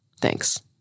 Thanks